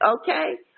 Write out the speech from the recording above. okay